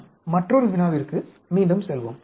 நாம் மற்றொரு வினாவிற்கு மீண்டும் செல்வோம்